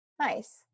Nice